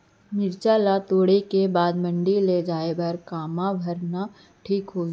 मिरचा ला तोड़े के बाद मंडी ले जाए बर का मा भरना ठीक होही?